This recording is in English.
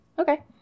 Okay